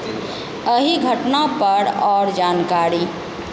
एहि घटना पर आओर जानकारी